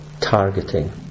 targeting